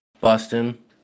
Boston